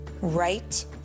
right